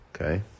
okay